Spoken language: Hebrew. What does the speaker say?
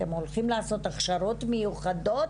אתם הולכים לעשות הכשרות מיוחדות